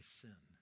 sin